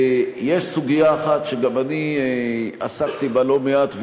יש סוגיה אחת שגם אני עסקתי בה לא מעט,